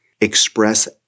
Express